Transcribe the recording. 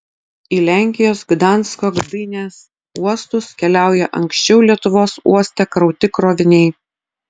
į lenkijos gdansko gdynės uostus keliauja anksčiau lietuvos uoste krauti kroviniai